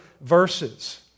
verses